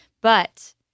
But-